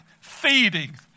feeding